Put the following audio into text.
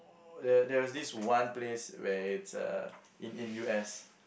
there there was this one place where it's uh in in U_S